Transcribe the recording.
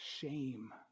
shame